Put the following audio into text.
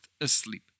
asleep